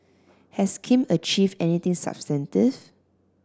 has Kim achieve anything substantive